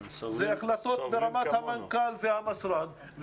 אלה החלטות ברמת המנכ"ל והמשרד.